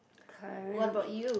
currently